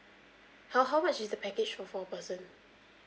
how how much is the package for four person